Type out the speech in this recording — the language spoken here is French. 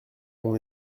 mon